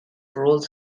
roles